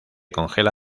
congela